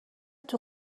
توی